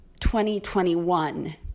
2021